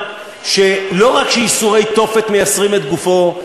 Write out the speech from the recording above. שלא רק שייסורי תופת מייסרים את גופו,